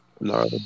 no